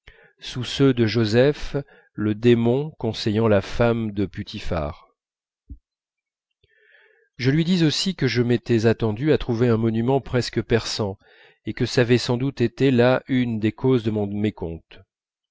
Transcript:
sous ceux de joseph le démon conseillant la femme de putiphar je lui dis aussi que je m'étais attendu à trouver un monument presque persan et que ç'avait sans doute été là une des causes de mon mécompte